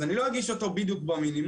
אז אני לא אגיש אותו בדיוק במינימום,